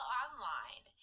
online